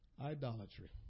Idolatry